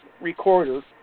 recorder